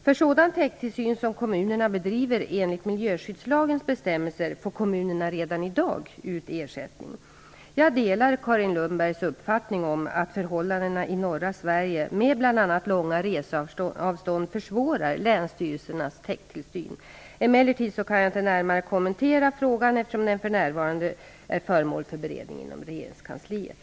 För sådan täkttillsyn som kommunerna bedriver enligt miljöskyddslagens bestämmelser får kommunerna redan i dag ut ersättning. Jag delar Carin Lundbergs uppfattning om att förhållandena i norra Sverige med bl.a. långa reseavstånd försvårar länsstyrelsens täkttillsyn. Emellertid kan jag inte närmare kommentera frågan, eftersom den för närvarande är föremål för beredning inom regeringskansliet.